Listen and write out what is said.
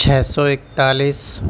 چھ سو اکتالیس